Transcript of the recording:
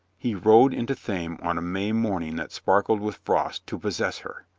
he rode into thame on a may morning that sparkled with frost to possess her.